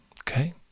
okay